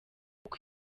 uko